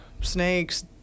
snakes